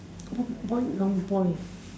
what boy wrong boy